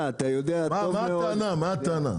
הטענה?